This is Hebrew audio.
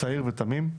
צעיר ותמים,